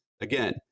Again